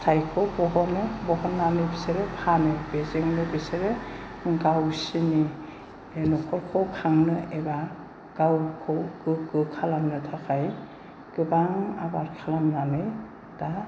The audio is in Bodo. फिथायखौ बहनो बहननानै बिसोरो फानो बेजोंनो बिसोरो गावसोरनि न'खरखौ खांनो एबा गावखौ गोग्गो खालामनो थाखाय गोबां आबाद खालामनानै दा